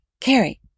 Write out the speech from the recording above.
Carrie